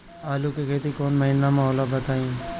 आलू के खेती कौन महीना में होला बताई?